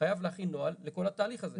חייב להכין נוהל לכל התהליך הזה.